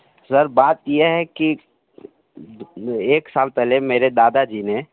sir बात ये है कि एक साल पहले मेरे दादाजी ने